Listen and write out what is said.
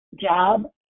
job